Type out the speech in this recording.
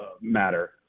matter